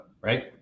right